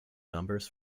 numbers